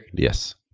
yes.